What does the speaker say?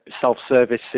self-service